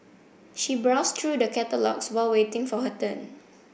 she browsed through the catalogues while waiting for her turn